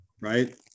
right